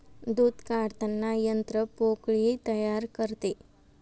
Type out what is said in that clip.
दूध काढताना यंत्र पोकळी तयार करते